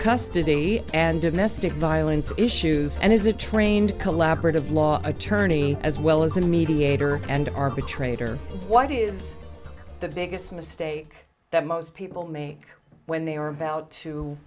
custody and domestic violence issues and is a trained collaborative law attorney as well as a mediator and arbitrator what is the biggest mistake that most people me when they are about to